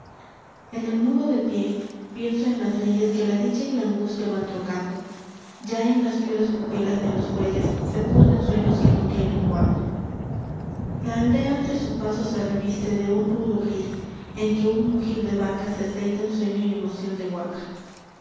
en el muro de pié pienso en las leyes que la dicha y la angustia van trocando ya en las viudas pupilas de los bueyes se pudren sueños que no tienen cuándo la aldea ante su paso se reviste de un rudo gris en que un mugir de vaca se aceita en sueño y emoción de huaea